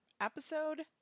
episode